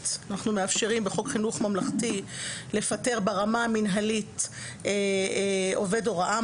בחוק חינוך ממלכתי לפטר ברמה המנהלית עובד הוראה,